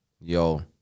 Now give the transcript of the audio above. Yo